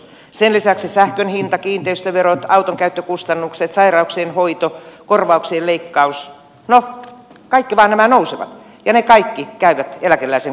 sen lisäksi sähkön hinta kiinteistöverot autonkäyttökustannukset sairauksien hoito korvauksien leikkaus kaikki nämä vain nousevat ja ne kaikki käyvät eläkeläisen kukkarolle